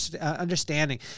understanding